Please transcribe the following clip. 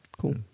Cool